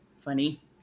funny